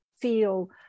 feel